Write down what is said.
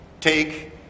Take